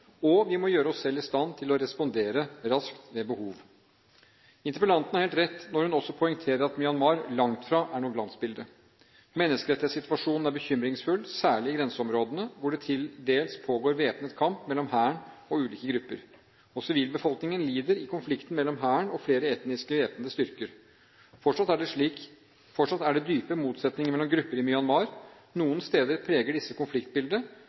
og vi må gjøre oss selv i stand til å respondere raskt ved behov. Interpellanten har helt rett når hun også poengterer at Myanmar langt fra er noe glansbilde. Menneskerettighetssituasjonen er bekymringsfull, særlig i grenseområdene, hvor det til dels pågår væpnet kamp mellom hæren og ulike grupper. Sivilbefolkningen lider i konfliktene mellom hæren og flere etniske væpnede styrker. Fortsatt er det dype motsetninger mellom grupper i Myanmar. Noen steder preger disse konfliktbildet,